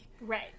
Right